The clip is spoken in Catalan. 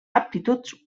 aptituds